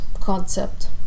concept